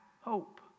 hope